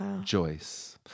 Joyce